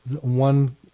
one